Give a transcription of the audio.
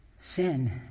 sin